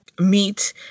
meet